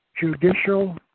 judicial